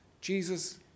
Jesus